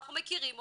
אנחנו מכירים אותם,